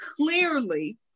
clearly